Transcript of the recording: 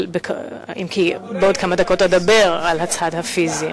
אם כי בעוד כמה דקות אדבר על הצד הפיזי.